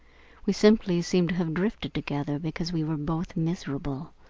we simply seemed to have drifted together because we were both miserable,